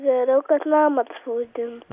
geriau kad namą atspausdintų